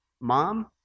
mom